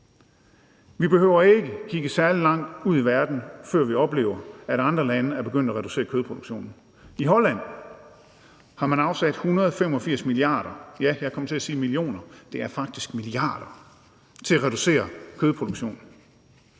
Vi behøver ikke at kigge særlig langt ud i verden, før vi oplever, at andre lande er begyndt at reducere kødproduktionen. I Holland har man afsat 185 mia. kr. – ja, jeg kom til